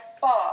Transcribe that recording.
far